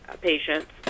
patients